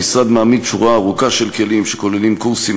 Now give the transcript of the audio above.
המשרד מעמיד שורה ארוכה של כלים שכוללים קורסים,